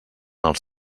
els